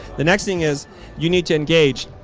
the next thing is you need to engage.